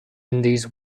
indies